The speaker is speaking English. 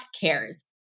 cares